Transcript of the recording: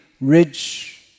rich